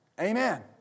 Amen